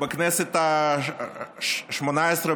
בכנסת השמונה-עשרה,